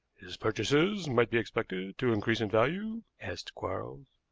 his purchases might be expected to increase in value? asked quarles.